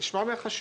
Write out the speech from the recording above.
נשמע מהחשב.